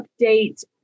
update